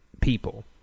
people